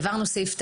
העברנו את סעיף 9,